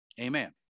Amen